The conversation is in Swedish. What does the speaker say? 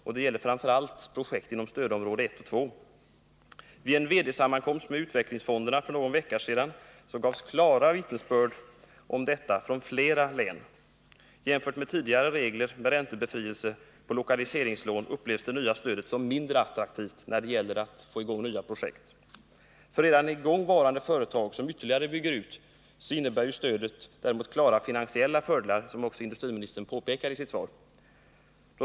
Detta gäller framför allt projekt inom stödområdena 1 och 2 Vid en VD-sammankomst i utvecklingsfonderna för någon vecka sedan gavs klara vittnesbörd om detta från flera län. Jämfört med tidigare regler med räntebefrielse i samband med lokaliseringslån upplevs det nya stödet som mindre attraktivt när det gäller att få i gång nya projekt. För redan i gång varande företag som ytterligare bygger ut innebär stödet däremot klara finansiella fördelar, vilket industriministern också påpekar i sitt svar.